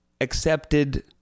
accepted